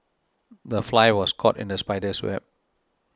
the fly was caught in the spider's web